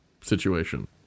situation